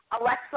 Alexa